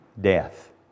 death